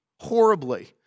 horribly